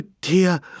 dear